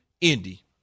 Indy